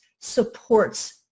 supports